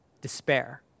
despair